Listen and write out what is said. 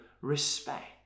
respect